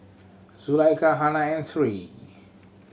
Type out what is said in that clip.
Zulaikha Hana and Sri